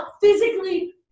physically